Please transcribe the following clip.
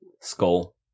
Skull